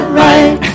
right